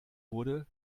wurde